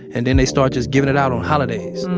and then they start just givin' it out on holidays.